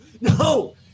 no